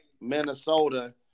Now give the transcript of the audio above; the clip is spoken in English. Minnesota